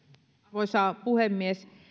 arvoisa puhemies